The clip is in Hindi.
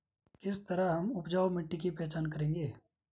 किस तरह हम उपजाऊ मिट्टी की पहचान करेंगे?